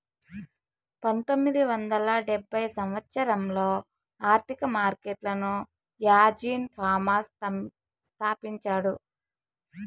పంతొమ్మిది వందల డెబ్భై సంవచ్చరంలో ఆర్థిక మార్కెట్లను యాజీన్ ఫామా స్థాపించాడు